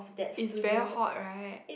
is very hot right